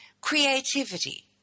creativity